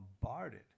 bombarded